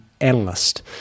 analyst